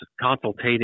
consultative